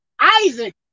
Isaac